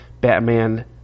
Batman